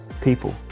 people